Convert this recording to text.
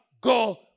go